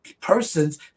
Persons